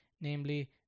namely